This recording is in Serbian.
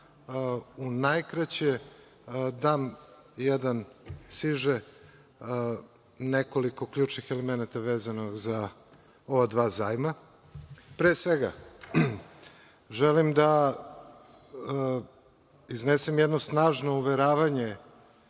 u najkraćem dam jedan siže nekoliko ključnih elemenata vezano za ova dva zajma. Pre svega, želim da iznesem jedno snažno uveravanje